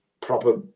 proper